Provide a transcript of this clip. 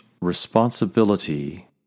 responsibility